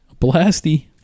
Blasty